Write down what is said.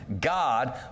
God